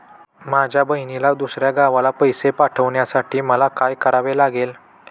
माझ्या बहिणीला दुसऱ्या गावाला पैसे पाठवण्यासाठी मला काय करावे लागेल?